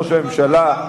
ראש הממשלה,